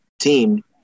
team